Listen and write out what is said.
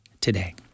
today